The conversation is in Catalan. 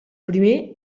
primer